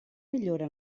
millora